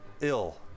ill